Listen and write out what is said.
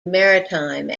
maritime